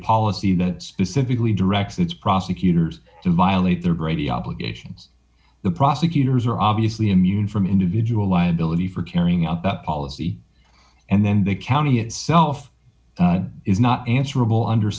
policy that specifically directs its prosecutors to violate their brady obligations the prosecutors are obviously immune from individual liability for carrying out the policy and then the county itself is not answerable under